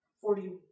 forty